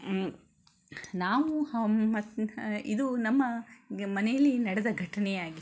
ನಾವು ಇದು ನಮ್ಮ ಮನೆಯಲ್ಲಿ ನಡೆದ ಘಟನೆ ಆಗಿತ್ತು